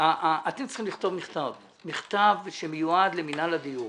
אתם צריכים לכתוב מכתב שמיועד למינהל הדיור,